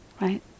right